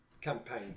campaign